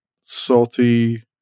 salty